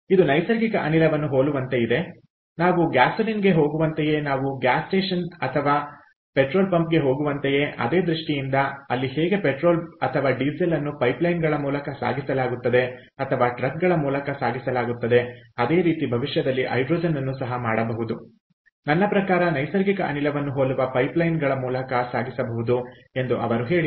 ಇದು ನೈಸರ್ಗಿಕ ಅನಿಲವನ್ನು ಹೋಲುವಂತೆ ಇದೆ ನಾವು ಗ್ಯಾಸೋಲಿನ್ಗೆ ಹೋಗುವಂತೆಯೇ ನಾವು ಗ್ಯಾಸ್ ಸ್ಟೇಷನ್ ಅಥವಾ ಪೆಟ್ರೋಲ್ ಪಂಪ್ಗೆ ಹೋಗುವಂತೆಯೇ ಅದೇ ದೃಷ್ಟಿಯಿಂದ ಅಲ್ಲಿ ಹೇಗೆ ಪೆಟ್ರೋಲ್ ಅಥವಾ ಡೀಸೆಲ್ ಅನ್ನು ಪೈಪ್ಲೈನ್ಗಳ ಮೂಲಕ ಸಾಗಿಸಲಾಗುತ್ತದೆ ಅಥವಾ ಟ್ರಕ್ಗಳ ಮೂಲಕ ಸಾಗಿಸಲಾಗುತ್ತದೆ ಅದೇ ರೀತಿ ಭವಿಷ್ಯದಲ್ಲಿ ಹೈಡ್ರೋಜನ್ಅನ್ನು ಸಹ ಮಾಡಬಹುದು ನನ್ನ ಪ್ರಕಾರ ನೈಸರ್ಗಿಕ ಅನಿಲವನ್ನು ಹೋಲುವ ಪೈಪ್ಲೈನ್ಗಳ ಮೂಲಕ ಸಾಗಿಸಬಹುದು ಎಂದು ಅವರು ಹೇಳಿದ್ದರು